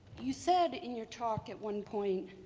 you said in your talk at one point